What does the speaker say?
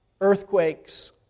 earthquakes